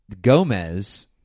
Gomez